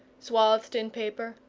swathed in paper,